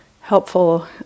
helpful